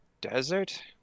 desert